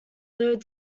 though